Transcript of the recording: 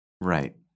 Right